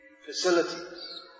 facilities